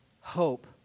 hope